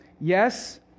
Yes